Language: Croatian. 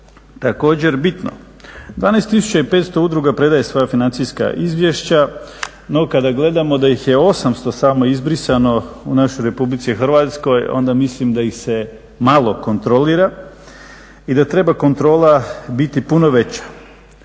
također bitno. 12 tisuća i 500 udruga predaje svoja financijska izvješća, no kada gledamo da ih je 800 samo izbrisano u našoj RH, onda mislim da ih se malo kontrolira i da treba kontrola biti puno veća